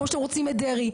כמו שאתם רוצים את דרעי,